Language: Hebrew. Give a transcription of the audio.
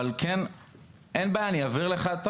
אין בעיה, אני אעביר לך את זה.